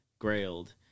Grailed